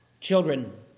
Children